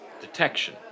detection